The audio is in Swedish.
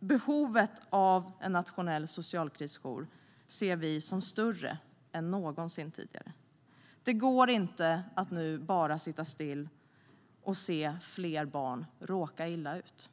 Behovet av en nationell socialkrisjour anser vi är större än någonsin tidigare. Det går inte att bara sitta still och se fler barn råka illa ut.